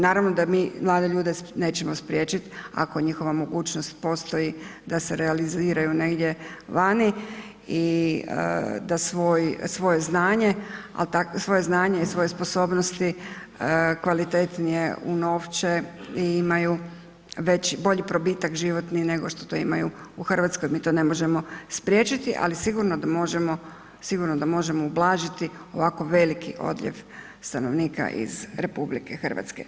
Naravno da mi mlade ljude nećemo spriječit ako njihova mogućnost postoji da se realiziraju negdje vani i da svoj, svoje znanje, svoje znanje i svoje sposobnosti kvalitetnije unovče i imaju veći, bolji probitak životni nego što to imaju u RH, mi to ne možemo spriječiti, ali sigurno da možemo, sigurno da možemo ublažiti ovako veliki odljev stanovnika iz RH.